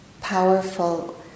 powerful